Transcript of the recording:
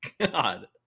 god